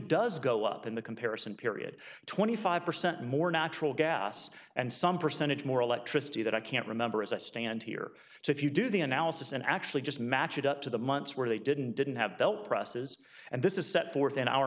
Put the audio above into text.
does go up in the comparison period twenty five percent more natural gas and some percentage more electricity that i can't remember as i stand here so if you do the analysis and actually just match it up to the months where they didn't didn't have belt presses and this is set forth in our